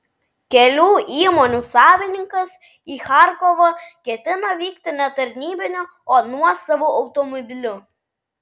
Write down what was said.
kelių įmonių savininkas į charkovą ketino vykti ne tarnybiniu o nuosavu automobiliu